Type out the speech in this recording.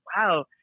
wow